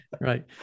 Right